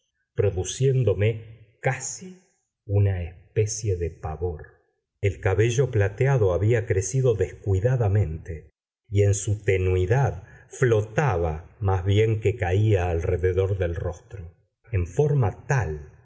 produciéndome casi una especie de pavor el cabello plateado había crecido descuidadamente y en su tenuidad flotaba más bien que caía alrededor del rostro en forma tal